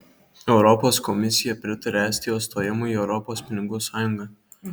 europos komisija pritaria estijos stojimui į europos pinigų sąjungą